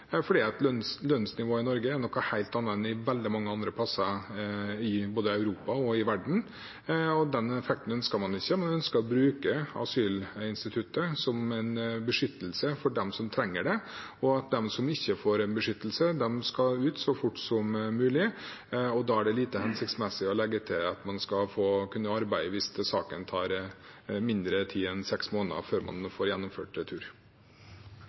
kunne jobbe f.eks. et halvt år e.l., fordi lønnsnivået i Norge er noe helt annet enn veldig mange andre plasser både i Europa og i resten av verden, og den effekten ønsker man ikke. Man ønsker å bruke asylinstituttet som en beskyttelse for dem som trenger det, og at de som ikke får beskyttelse, skal ut så fort som mulig. Da er det lite hensiktsmessig å legge til rette for at man skal kunne få arbeide hvis saken tar mindre tid enn seks måneder før man får gjennomført